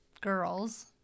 girls